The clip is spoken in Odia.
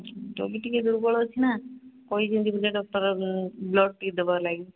ରୋଗୀ ଟିକେ ଦୁର୍ବଳ ଅଛି ନା କହିଛନ୍ତି ଡକ୍ଟର ବ୍ଲଡ୍ ଟିକେ ଦେବା ଲାଗି